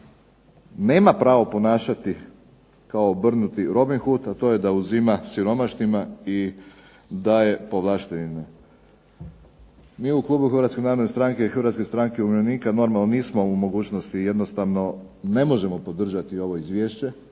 nema pravo ponašati kao obrnuti Robin Hood a to je da uzima siromašnima i daje povlaštenima. Mi u klubu Hrvatske narodne stranke i Hrvatske stranke umirovljenika normalno nismo u mogućnosti i jednostavno ne možemo podržati ovo izvješće,